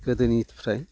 गोदोनिफ्राय